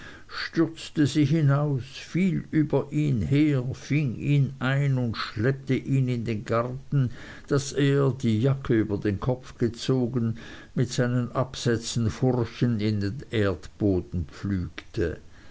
stürzte sie hinaus fiel über ihn her fing ihn ein und schleppte ihn in den garten daß er die jacke über den kopf gezogen mit seinen absätzen furchen in den erdboden pflügte